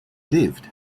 lived